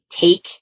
take